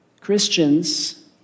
Christians